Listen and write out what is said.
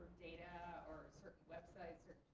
data yeah or certain websites or